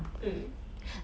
mm